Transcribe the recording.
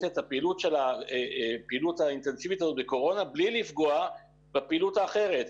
את הפעילות האינטנסיבית הזאת בקורונה בלי לפגוע בפעילות האחרת.